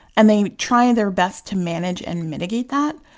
and they try and their best to manage and mitigate that.